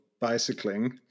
bicycling